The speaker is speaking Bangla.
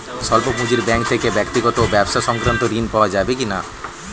স্বল্প পুঁজির ব্যাঙ্ক থেকে ব্যক্তিগত ও ব্যবসা সংক্রান্ত ঋণ পাওয়া যাবে কিনা?